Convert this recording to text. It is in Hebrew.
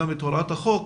גם את הוראת החוק.